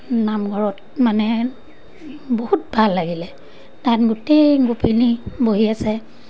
নামঘৰত মানে বহুত ভাল লাগিলে তাত গোটেই গোপিনী বহি আছে